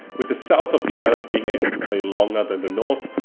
with the south of the island being able to play longer than the north,